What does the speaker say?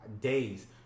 days